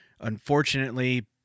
unfortunately